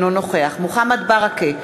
אינו נוכח מוחמד ברכה,